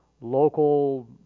local